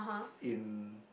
in